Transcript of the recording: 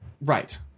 Right